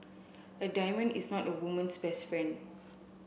a diamond is not a woman's best friend